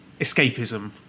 escapism